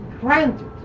granted